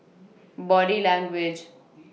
Body Language